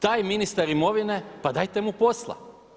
Taj ministar imovine, pa dajte mu posla.